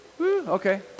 Okay